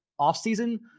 offseason